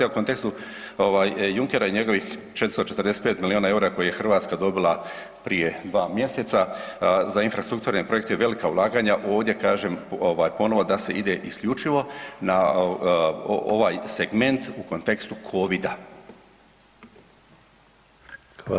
A u kontekstu Junckera i njegovih 445 milijuna eura koje je Hrvatska dobila prije dva mjeseca za infrastrukturne projekte i velika ulaganja ovdje kažem ponovo da se ide isključivo na ovaj segment u kontekstu COVID-a.